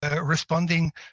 Responding